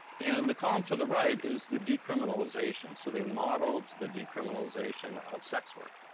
and the column to the right is the decriminalization. so they modeled the decriminalization of sex workers.